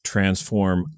Transform